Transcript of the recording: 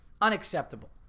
Unacceptable